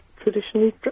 traditionally